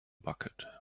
bucket